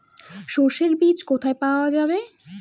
সর্ষে বিজ কোথায় পাওয়া যাবে?